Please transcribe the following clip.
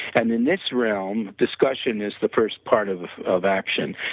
and, in this room, discussion is the first part of of action.